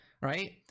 right